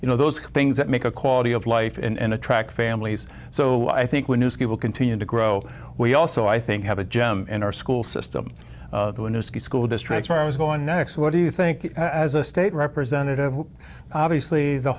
you know those things that make a quality of life and attract families so i think we will continue to grow we also i think have a gem in our school system the new school district where i was going next what do you think as a state representative who obviously the